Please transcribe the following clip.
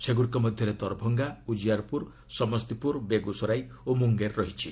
ସେଗ୍ରଡ଼ିକ ମଧ୍ୟରେ ଦରଭଙ୍ଗା ଉଜିଆରପ୍ରର ସମସ୍ତିପ୍ରର ବେଗ୍ରସରାଇ ଓ ମୁଙ୍ଗେର୍ ରହିଛି